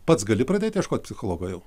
pats gali pradėti ieškoti psichologo jau